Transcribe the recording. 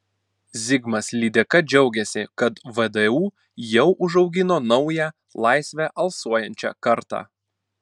zigmas lydeka džiaugėsi kad vdu jau užaugino naują laisve alsuojančią kartą